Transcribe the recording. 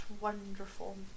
wonderful